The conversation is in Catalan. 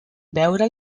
veure